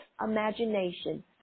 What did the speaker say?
imagination